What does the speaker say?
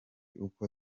uko